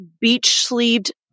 beach-sleeved